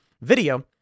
video